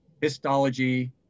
histology